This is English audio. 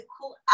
cool